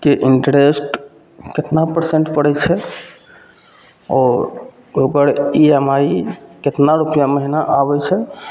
कि इन्टरेस्ट कतना परसेन्ट पड़ै छै आओर ओहिपर ई एम आइ कतना रुपैआ महिना आबै छै